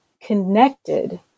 connected